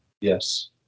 Yes